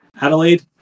Adelaide